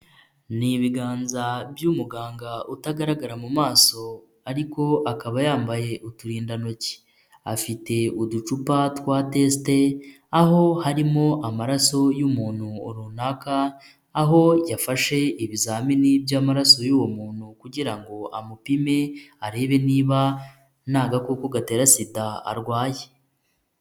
Ni ibiganza by'umuganga utagaragara mu maso ariko akaba yambaye uturindantoki, afite uducupa twa tesite aho harimo amaraso y'umuntu runaka aho yafashe ibizamini by'amaraso y'uwo muntu kugira ngo amupime arebe niba nta gakoko gatera sida arwaye.